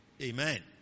amen